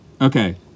Okay